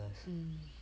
mm